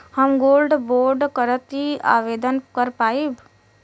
हम gold bond करती आवेदन कर पाईब?